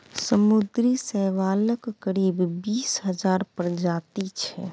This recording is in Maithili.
समुद्री शैवालक करीब बीस हजार प्रजाति छै